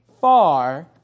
far